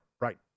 Right